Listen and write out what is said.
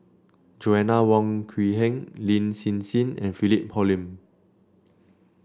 Joanna Wong Quee Heng Lin Hsin Hsin and Philip Hoalim